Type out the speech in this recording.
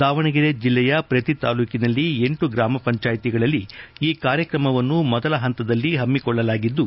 ದಾವಣಗೆರೆ ಜಿಲ್ಲೆಯ ಪ್ರತಿ ತಾಲೂಕಿನಲ್ಲಿ ಎಂಟು ಗ್ರಾಮ ಪಂಚಾಯತಿಗಳಲ್ಲಿ ಈ ಕಾರ್ಯಕ್ರಮ ವನ್ನು ಮೊದಲ ಹಂತದಲ್ಲಿ ಹಮ್ಮಿಕೊಳ್ಳಲಾಗಿದ್ದು